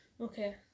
Okay